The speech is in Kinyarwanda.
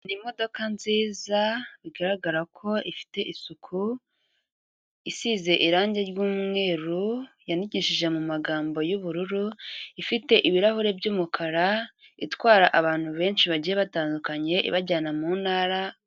Imodoka nziza bigaragara ko ifite isuku, isize irange ry'umweru ryandikishije mu magambo y'ubururu, ifite ibirahure by'umukara, itwara abantu benshi bagiye batandukanye ibajyana mu ntara.